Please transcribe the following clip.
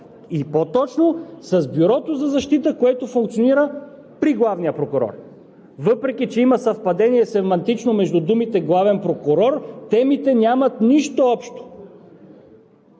и по-точно с Бюрото по защита, което функционира при главния прокурор. Въпреки че има семантично съвпадение между думите „главен прокурор“, темите нямат нищо общо.